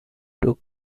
took